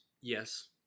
Yes